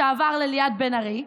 שעבר לליאת בן ארי,